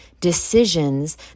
decisions